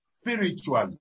spiritually